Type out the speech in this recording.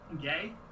gay